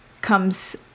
comes